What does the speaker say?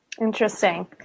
interesting